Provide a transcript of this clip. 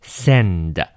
send